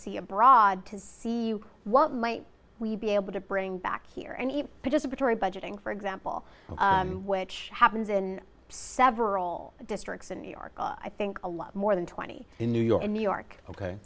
y abroad to see what might we be able to bring back here and participatory budgeting for example which happens in several districts in new york i think a lot more than twenty in new york and new york ok